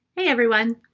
hey everyone.